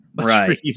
Right